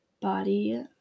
Body